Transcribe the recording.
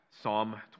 Psalm